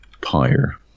Pyre